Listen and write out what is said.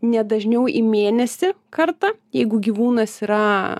ne dažniau į mėnesį kartą jeigu gyvūnas yra